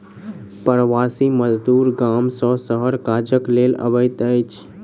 प्रवासी मजदूर गाम सॅ शहर काजक लेल अबैत अछि